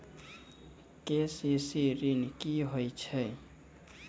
KCC ॠन की होय छै?